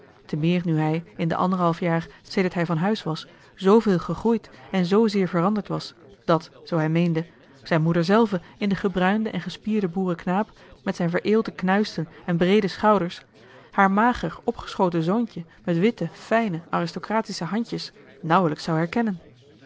vermomming temeer nu hij in de anderhalf jaar sedert hij van huis was zooveel gegroeid en zoozeer veranderd was dat zoo hij meende zijne moeder zelve in den gebruinden en gespierden boerenknaap met zijne vereelte knuisten en breede schouders haar mager opgeschoten zoontje met witte fijne aristocratische handjes nauwelijks zou herkennen